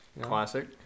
Classic